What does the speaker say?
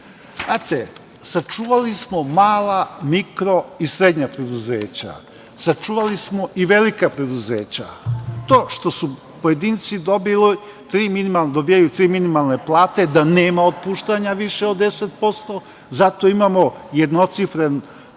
Znate, sačuvali smo mala, mikro i srednja preduzeća. Sačuvali smo i velika preduzeća. To što su pojedinci dobijaju tri minimalne plate, da nema otpuštanja više od 10%, zato imamo jednocifrenu